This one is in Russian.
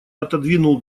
отодвинул